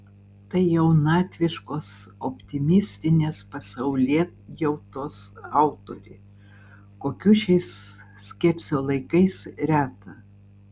tai jaunatviškos optimistinės pasaulėjautos autorė kokių šiais skepsio laikais reta